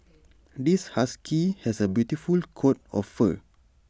this husky has A beautiful coat of fur